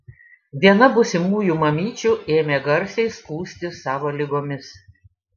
viena būsimųjų mamyčių ėmė garsiai skųstis savo ligomis